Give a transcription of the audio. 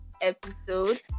episode